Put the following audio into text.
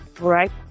Right